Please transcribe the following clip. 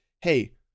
hey